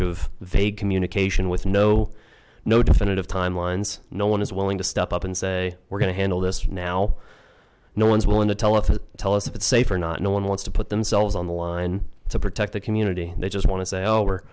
of fake communication with no no definitive timelines no one is willing to step up and say we're going to handle this now no one's willing to tell it to tell us if it's safe or not no one wants to put themselves on the line to protect the community they just want to say oh we're